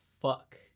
fuck